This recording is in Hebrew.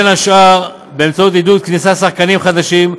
בין השאר בעידוד כניסת שחקנים חדשים,